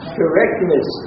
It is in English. correctness